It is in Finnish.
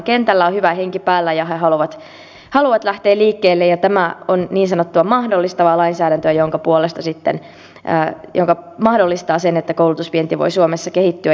kentällä on hyvä henki päällä ja he haluavat lähteä liikkeelle ja tämä on niin sanottua mahdollistavaa lainsäädäntöä joka puolestaan sitten mahdollistaa sen että koulutusvienti voi suomessa kehittyä